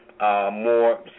More